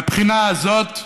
מהבחינה הזאת,